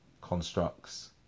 constructs